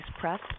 press